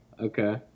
Okay